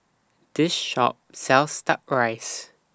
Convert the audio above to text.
This Shop sells Duck Rice